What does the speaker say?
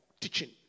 teaching